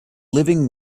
living